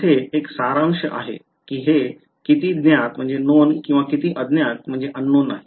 येथे एक सारांश आहे की हे किती ज्ञात किंवा अज्ञात आहे